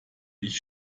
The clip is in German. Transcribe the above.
ich